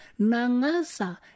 nangasa